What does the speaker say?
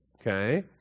Okay